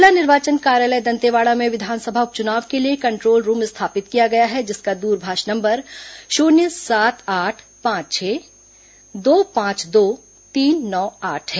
जिला निर्वाचन कार्यालय दंतेवाड़ा में विधानसभा उप चुनाव के लिए कंट्रोल रूम स्थापित किया गया है जिसका द्रभाष नंबर शून्य सात आठ पांच छह दो पांच दो तीन नौ आठ है